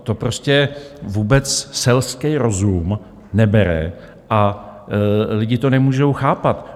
To prostě vůbec selský rozum nebere a lidi to nemůžou chápat.